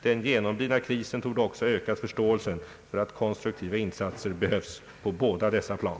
Den genomlidna krisen torde också ha ökat förståelsen för att konstruktiva insatser behövs på båda dessa plan.